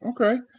Okay